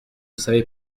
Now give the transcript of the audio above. savais